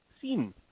seen